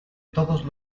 todos